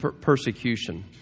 persecution